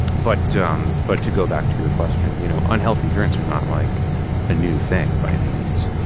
but to um but to go back to your question, you know unhealthy drinks are not like a new thing by any means.